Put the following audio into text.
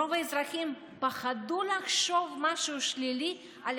ורוב האזרחים פחדו לחשוב משהו שלילי על